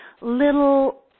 little